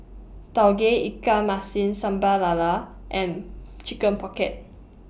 Tauge Ikan Masin Sambal Lala and Chicken Pocket